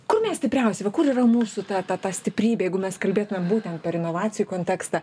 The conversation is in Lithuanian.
kur mes stipriausi va kur yra mūsų ta ta ta stiprybė jeigu mes kalbėtumėm būtent per inovacijų kontekstą